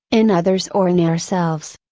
in others or in ourselves.